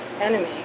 enemy